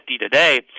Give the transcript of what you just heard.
today